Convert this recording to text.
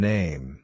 Name